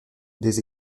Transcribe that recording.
des